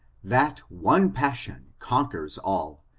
that one passion conquers all,